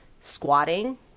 squatting